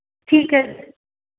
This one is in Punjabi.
ਠੀਕ ਹੈ